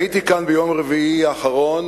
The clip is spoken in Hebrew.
הייתי כאן ביום רביעי האחרון.